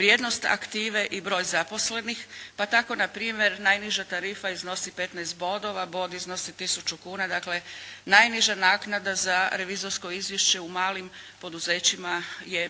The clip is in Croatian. vrijednost aktive i broj zaposlenih pa tako npr. najniža tarifa iznosi 15 bodova, bod iznosi tisuću kuna, dakle najniža naknada za revizorsko izvješće u malim poduzećima je